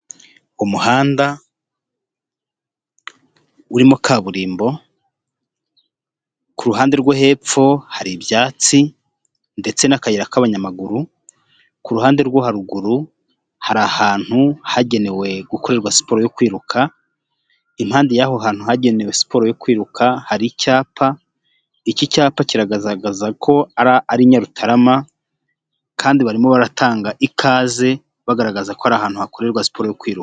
Umuhanda urimo kaburimbo , ku ruhande rwo hepfo hari ibyatsi ndetse n'inzira y'abanyamaguru , ku ruhande rwo haruguru hari ahantu hagenewe gukorerwa siporo yo kwiruka , impande yaho hantu hagenewe siporo yo kwiruka hari icyapa giteye mu busitani , kikaba kigaragaza ko ari I Nyarutarama hakaba handitseho amagambo y' ikaze anagaragaza ko ari ahantu hakorerwa siporo yo kwiruka.